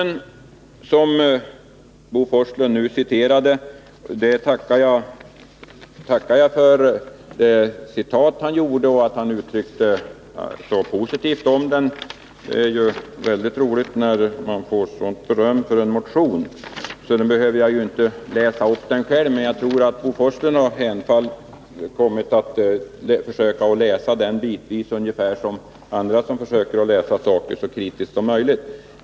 Jag tackar Bo Forslund för att han citerat ur vår motion samt för att han uttryckt sig positivt. Det är väldigt roligt att få sådant beröm för en motion. Jag behöver därför inte själv citera ur den. Jag måste ändå säga att jag tror att Bo Forslund bitvis har försökt att läsa motionen ungefär som på visst annat håll där man försöker läsa saker så kritiskt som möjligt.